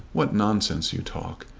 what nonsense you talk!